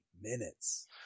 minutes